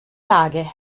lage